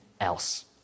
else